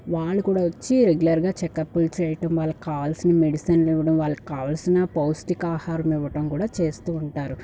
వాళ్లు కూడా వచ్చి రెగ్యులర్గా చెకప్లు చేయడం వాళ్లకి కావాల్సిన మెడిసిన్స్ ఇవ్వడం వాళ్ళకి కావాల్సిన పౌష్టిక ఆహారం ఇవ్వడం కూడా చేస్తూ ఉంటారు